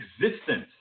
existence